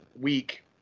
week